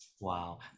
Wow